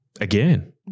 Again